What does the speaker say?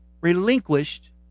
relinquished